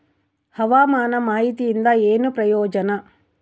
ಹವಾಮಾನ ಮಾಹಿತಿಯಿಂದ ಏನು ಪ್ರಯೋಜನ?